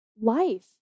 life